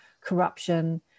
corruption